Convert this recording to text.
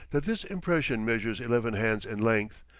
that this impression measures eleven hands in length,